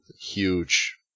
huge